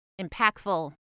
impactful